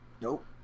Nope